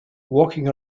walking